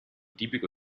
tipico